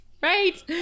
right